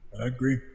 agree